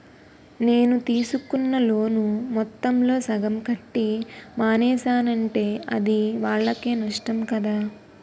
నేను తీసుకున్న లోను మొత్తంలో సగం కట్టి మానేసానంటే అది వాళ్ళకే నష్టం కదా